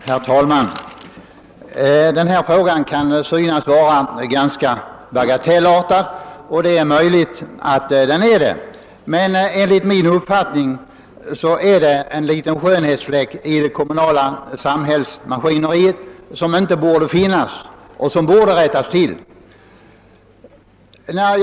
Herr talman! Denna fråga kan synas vara ganska bagatellartad och det är möjligt att den också är det. Men enligt min uppfattning finns här en liten skönhetsfläck i det kommunala samhällsmaskineriet som inte borde finnas och som skulle kunna tagas bort.